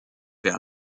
vers